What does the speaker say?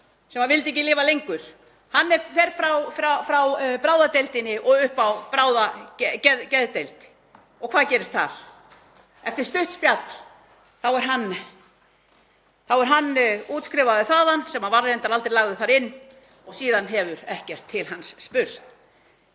sem vildi ekki lifa lengur. Hann fer frá bráðadeildinni upp á bráðageðdeild. Og hvað gerist þar? Eftir stutt spjall er hann útskrifaður þaðan, var reyndar aldrei lagður þar inn, og síðan hefur ekkert til hans spurst.